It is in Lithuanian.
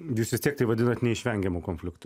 jūs vis tiek tai vadinat neišvengiamu konfliktu